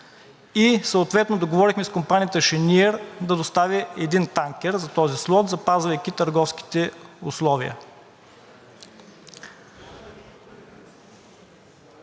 и съответно договорихме с компанията „Шениър“ да достави един танкер за този слот, запазвайки търговските условия.